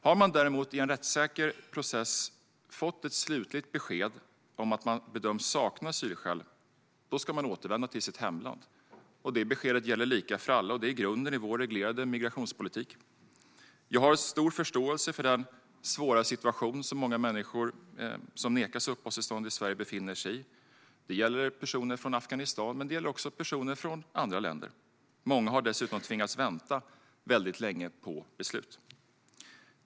Har man däremot efter en rättssäker process fått ett slutligt besked om att man bedöms sakna asylskäl ska man återvända till sitt hemland. Det beskedet gäller lika för alla och är grunden i vår reglerade migrationspolitik. Jag har stor förståelse för den svåra situation som många människor som nekas uppehållstillstånd i Sverige befinner sig i. Det gäller personer från Afghanistan, men det gäller också personer från andra länder. Många har dessutom tvingats vänta väldigt länge på beslut.